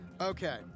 Okay